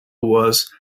was